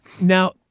Now